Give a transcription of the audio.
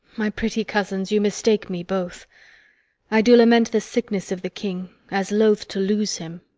my pretty cousins, you mistake me both i do lament the sickness of the king, as loath to lose him,